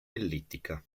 ellittica